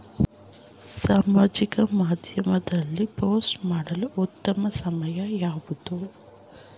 ಸಾಮಾಜಿಕ ಮಾಧ್ಯಮದಲ್ಲಿ ಪೋಸ್ಟ್ ಮಾಡಲು ಉತ್ತಮ ಸಮಯ ಯಾವುದು?